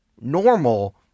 normal